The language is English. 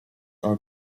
are